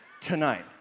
tonight